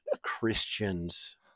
Christians